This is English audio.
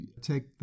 take